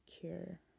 cure